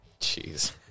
Jeez